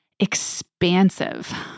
expansive